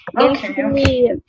Okay